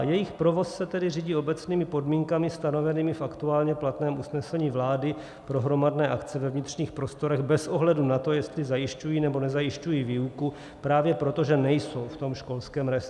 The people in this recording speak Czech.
Jejich provoz se tedy řídí obecnými podmínkami stanovenými v aktuálně platném usnesení vlády pro hromadné akce ve vnitřních prostorech bez ohledu na to, jestli zajišťují, nebo nezajišťují výuku, právě proto, že nejsou v tom školském rejstříku.